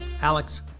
Alex